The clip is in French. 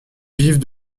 vivent